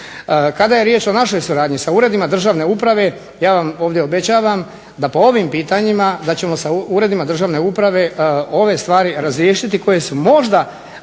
Kada je riječ o našoj suradnji sa uredima državne uprave, ja vam ovdje obećavam da po ovim pitanjima da ćemo sa uredima državne uprave ove stvari razriješiti koje su možda